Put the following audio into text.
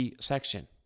section